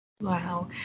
wow